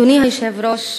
אדוני היושב-ראש,